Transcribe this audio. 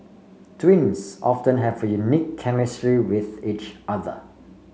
twins often have unique chemistry with each other